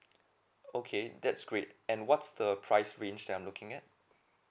okay that's great and what's the price range they're looking at